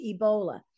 Ebola